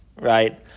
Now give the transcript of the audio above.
right